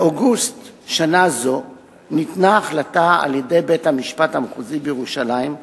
באוגוסט שנה זו ניתנה החלטה על-ידי בית-המשפט המחוזי בירושלים,